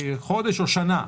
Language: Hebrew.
חודש או שנה?